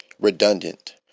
redundant